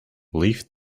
leafed